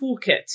toolkit